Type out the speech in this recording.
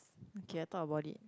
okay I thought about it